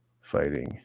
fighting